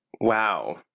Wow